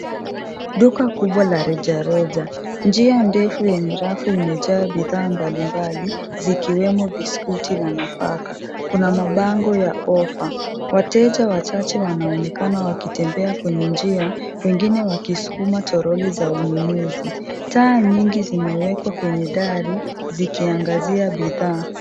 Duka kubwa la rejareja. Njia ndefu yenye rafu imejaa bidhaa mbalimbali zikiwemo biskuti na nafaka. Kuna mabango ya offer .Wateja wachache wanaonekana wakitembea kwenye njia wengine wakiskuma troli za ununuzi. Taa nyingi zimewekwa kwenye dari zikiangazia bidhaa.